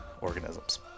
organisms